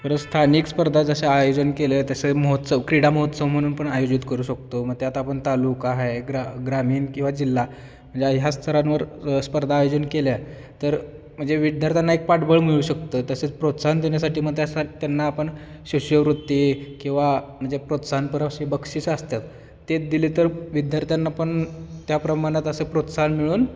तर स्थानिक स्पर्धा जशा आयोजन केलं तसेच महोत्सव क्रीडा महोत्सव म्हणून पण आयोजित करू शकतो मग ते आता आपण तालुका आहे ग्रा ग्रामीण किंवा जिल्हा म्हणजे या स्तरांवर स्पर्धा आयोजन केल्या तर म्हणजे विद्यार्थ्यांना एक पाठबळ मिळू शकतं तसेच प्रोत्साहन देण्यासाठी मग त्या त्यांना आपण शिष्यवृत्ती किंवा म्हणजे प्रोत्साहनपर अशी बक्षिस असतात ते दिले तर विद्यार्थ्यांना पण त्या प्रमाणात असं प्रोत्साहन मिळून